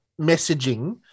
messaging